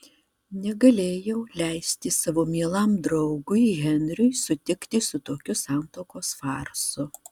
negalėjau leisti savo mielam draugui henriui sutikti su tokiu santuokos farsu